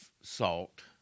salt